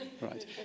right